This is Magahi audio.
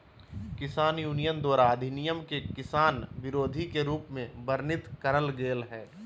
किसान यूनियन द्वारा अधिनियम के किसान विरोधी के रूप में वर्णित करल गेल हई